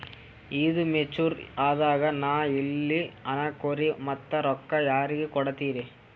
ಈದು ಮೆಚುರ್ ಅದಾಗ ನಾ ಇಲ್ಲ ಅನಕೊರಿ ಮತ್ತ ರೊಕ್ಕ ಯಾರಿಗ ಕೊಡತಿರಿ?